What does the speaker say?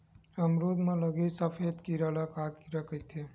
अमरूद म लगे सफेद कीरा ल का कीरा कइथे?